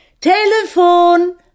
Telefon